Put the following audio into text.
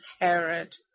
Herod